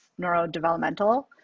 neurodevelopmental